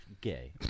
gay